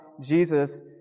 Jesus